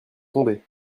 tombé